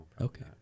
Okay